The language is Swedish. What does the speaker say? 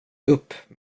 upp